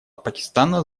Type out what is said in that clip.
пакистана